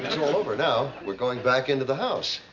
over now. we're going back into the house.